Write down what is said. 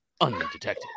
undetected